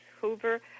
Hoover